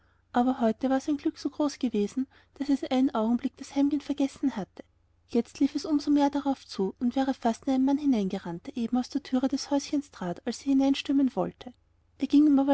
aber heute war sein glück so groß gewesen daß es einen augenblick das heimgehen vergessen hatte jetzt lief es um so mehr drauf zu und wäre fast in einen mann hineingerannt der eben aus der tür des häuschens trat als es hineinstürmen wollte er ging